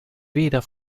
weder